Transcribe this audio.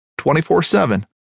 24-7